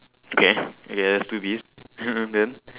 okay okay there's two bees then